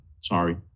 sorry